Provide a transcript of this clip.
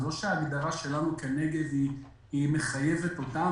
זה לא שההגדרה שלנו לנגב מחייבת אותם